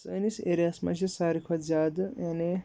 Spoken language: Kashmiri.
سٲنِس ایریاہَس منٛز چھِ ساروٕے کھۄتہٕ زیادٕ یعنی